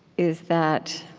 is that